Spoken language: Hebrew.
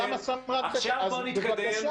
בואו נתקדם.